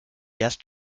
erst